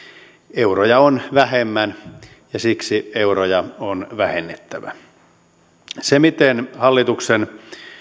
euroja on vähemmän ja siksi euroja on vähennettävä sitä miten hallituksen